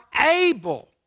able